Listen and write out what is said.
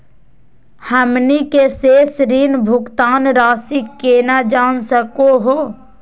हमनी के शेष ऋण भुगतान रासी केना जान सकू हो?